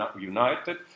united